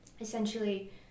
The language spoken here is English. Essentially